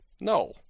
No